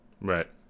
Right